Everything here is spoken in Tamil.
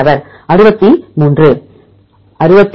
மாணவர் 63